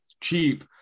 cheap